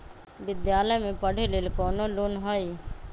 विद्यालय में पढ़े लेल कौनो लोन हई?